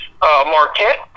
Marquette